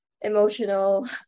emotional